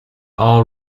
all